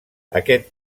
aquest